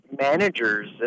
managers